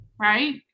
right